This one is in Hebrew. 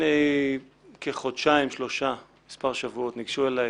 לפני כחודשיים-שלושה, מספר שבועות, ניגשו אליי